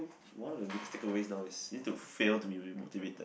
one of the next takeaways now is you need to fail to be motivated